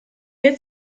jetzt